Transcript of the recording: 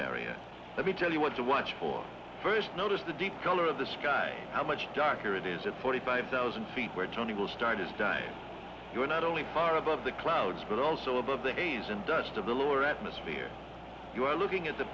barrier let me tell you what to watch for first notice the deep color of the sky how much darker it is at forty five thousand feet where tony will start is done you're not only far above the clouds but also above the haze and dust of the lower atmosphere you are looking at the